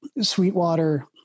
Sweetwater